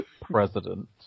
president